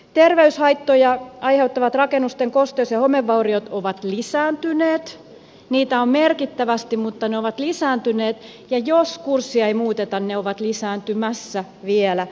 terveyshaittoja aiheuttavat rakennusten kosteus ja homevauriot ovat lisääntyneet niitä on merkittävästi mutta ne ovat lisääntyneet ja jos kurssia ei muuteta ne ovat lisääntymässä vielä lisää